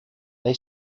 they